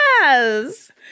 Yes